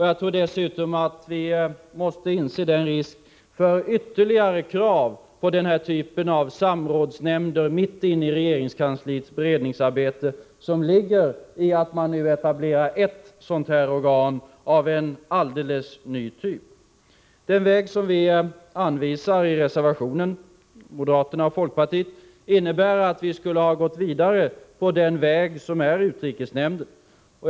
Jag tror dessutom att vi måste inse den risk för ytterligare krav att man skall inrätta detta slag av samrådsnämnder, mitt inne i regeringskansliets beredningsarbete, som ligger i att man nu etablerar ett sådant här organ av en alldeles ny typ. Den väg som vi —- moderata samlingspartiet och folkpartiet — anvisar i reservation 1 innebär att man skulle ha gått vidare på den väg som utrikesnämnden öppnar.